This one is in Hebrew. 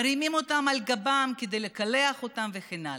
מרימים אותם על גבם כדי לקלח אותם וכן הלאה.